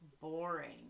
boring